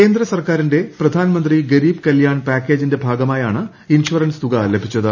കേന്ദ്ര സർക്കാരിന്റെ പ്രധാൻമന്ത്രി ഗരീബ് കല്യാൺ പാക്കേജിന്റെ ഭാഗമായാണ് ഇൻഷുറൻസ് തുക ലഭിച്ചത്